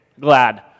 glad